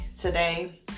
today